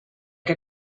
que